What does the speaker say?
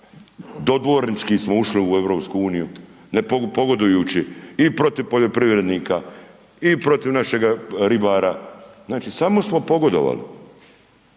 dodvornički smo ušli u EU, pogodujući i protiv poljoprivrednika i protiv našeg ribara, znači samo smo pogodovali,